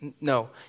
No